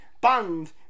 band